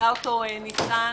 שמובילה ניצן.